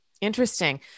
interesting